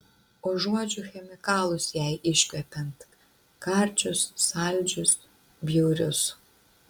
užuodžiu chemikalus jai iškvepiant karčius saldžius bjaurius